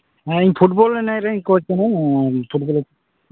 ᱦᱮᱸ ᱤᱧ ᱯᱷᱩᱴᱵᱚᱞ ᱮᱱᱮᱡ ᱨᱮᱱ ᱠᱳᱪ ᱠᱟᱹᱱᱟᱹᱧ ᱯᱷᱩᱴᱷᱵᱚᱞ